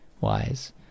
wise